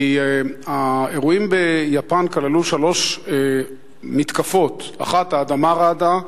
כי האירועים ביפן כללו שלוש מתקפות: האדמה רעדה,